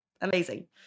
Amazing